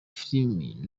film